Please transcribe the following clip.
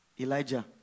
Elijah